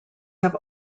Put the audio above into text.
have